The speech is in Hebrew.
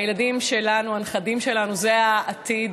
הילדים שלנו, הנכדים שלנו, הם העתיד